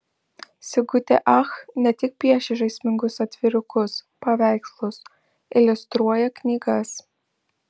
sigutė ach ne tik piešia žaismingus atvirukus paveikslus iliustruoja knygas